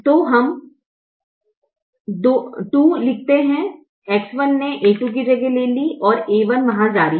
तो हम 2 लिखते हैं X1 ने a2 की जगह ले ली है और a1 वहाँ जारी है